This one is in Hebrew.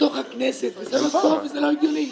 בתוך הכנסת, זה לא נכון ולא הגיוני.